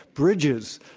bridges,